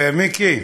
מיקי,